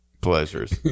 pleasures